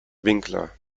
winkler